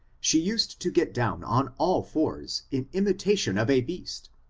she used to get down on all fours, in imitation of a beast,